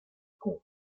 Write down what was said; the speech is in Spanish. como